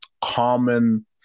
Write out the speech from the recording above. common